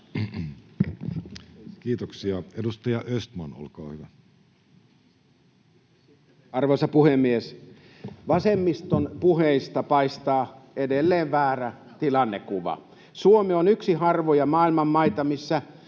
Time: 10:27 Content: Arvoisa puhemies! Vasemmiston puheista paistaa edelleen väärä tilannekuva. Suomi on yksi harvoja maailman maita, missä